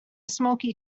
smoky